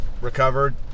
recovered